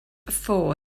ffôn